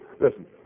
listen